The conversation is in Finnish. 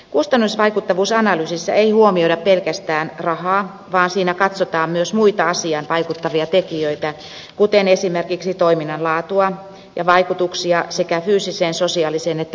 kustannusvaikuttavuusanalyysissä ei huomioida pelkästään rahaa vaan siinä katsotaan myös muita asiaan vaikuttavia tekijöitä kuten esimerkiksi toiminnan laatua ja vaikutuksia sekä fyysiseen sosiaaliseen että yhteis kunnalliseen ympäristöön